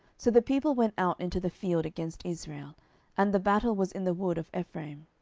so the people went out into the field against israel and the battle was in the wood of ephraim